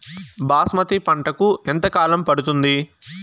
బాస్మతి పంటకు ఎంత కాలం పడుతుంది?